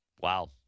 Wow